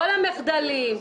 כל המחדלים,